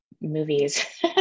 movies